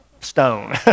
stone